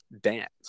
dance